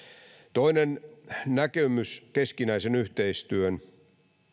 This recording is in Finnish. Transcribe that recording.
toinen näkemys keskinäisen yhteistyön